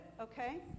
okay